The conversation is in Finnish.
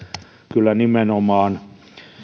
kyllä nimenomaan